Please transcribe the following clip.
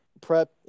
prep